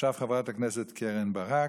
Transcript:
עכשיו חברת הכנסת קרן ברק.